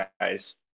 guys